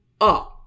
up